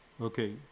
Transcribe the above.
Okay